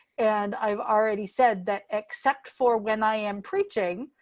and i've already said that except for when i am preaching,